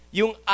Yung